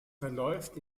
verläuft